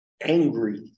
angry